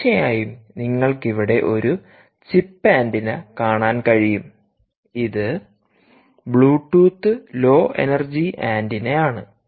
തീർച്ചയായും നിങ്ങൾക്ക് ഇവിടെ ഒരു ചിപ്പ് ആന്റിന കാണാൻ കഴിയും ഇത് ബ്ലൂടൂത്ത് ലോ എനർജി ആന്റിന ആണ്